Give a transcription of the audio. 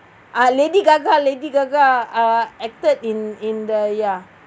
uh lady gaga lady gaga uh acted in in the ya